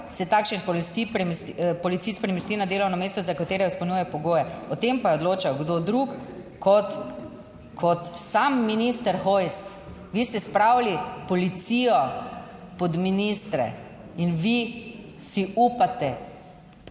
se takšen policist premesti na delovno mesto, za katere izpolnjuje pogoje. O tem pa je odločal kdo drug kot sam minister Hojs, vi ste spravili policijo pod ministre in vi si upate,